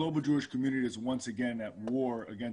העולמית נלחמת באנטישמיות,